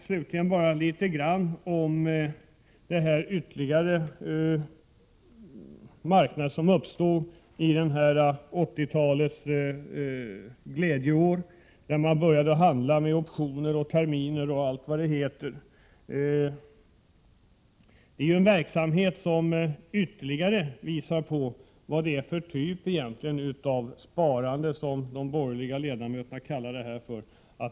Slutligen bara litet grand om de nya marknader som uppstod under 80-talets glädjeår, när man började handla med optioner, terminer och allt vad det heter. Det är ju en verksamhet som ytterligare visar vad detta är för en typ av ”sparande” som de borgerliga kallar det.